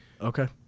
Okay